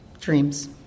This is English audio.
dreams